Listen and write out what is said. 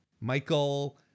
Michael